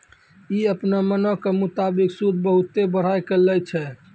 इ अपनो मनो के मुताबिक सूद बहुते बढ़ाय के लै छै